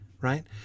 right